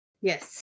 Yes